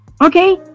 Okay